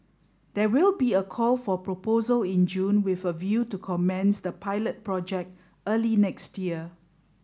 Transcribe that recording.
there will be a call for proposal in June with a view to commence the pilot project early next year